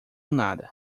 nada